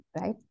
right